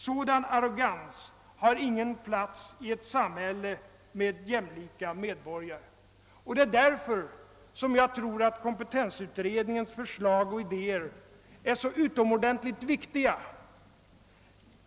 Sådan arrogans har ingen plats i ett samhälle med jämlika medborgare.» Det är därför som jag tror att kompetensutredningens förslag och idéer är så utomordentligt viktiga.